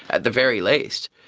at the very least.